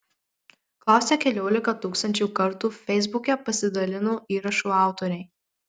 klausia keliolika tūkstančių kartų feisbuke pasidalinto įrašo autoriai